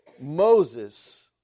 Moses